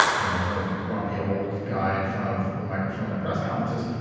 you know the grumpy old guy in front of the microphone a press competence.